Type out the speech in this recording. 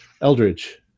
Eldridge